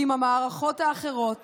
ואם המערכות האחרות